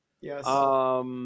Yes